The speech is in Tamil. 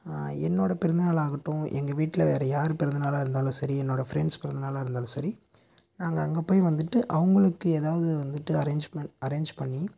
என்னோடய பிறந்தநாள் ஆகட்டும் எங்கள் வீட்டில் வேறு யார் பிறந்தநாளாக இருந்தாலும் சரி என்னோடய ஃபிரெண்ட்ஸ் பிறந்தநாளாக இருந்தாலும் சரி நாங்கள் அங்கே போய் வந்துட்டு அவர்களுக்கு ஏதாவது வந்துட்டு அரேஞ்ச் பண் அரேஞ்ச் பண்ணி